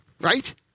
Right